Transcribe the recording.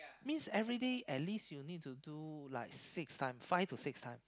means every day at least you need to do like six time five to six times